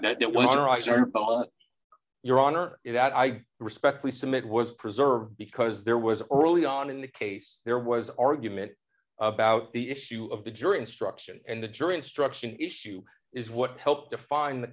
but your honor that i respectfully submit was preserved because there was an early on in the case there was argument about the issue of the jury instruction and the jury instruction issue is what helped define the